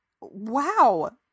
wow